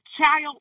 child